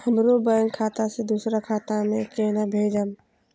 हमरो बैंक खाता से दुसरा खाता में केना भेजम?